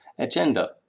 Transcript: agenda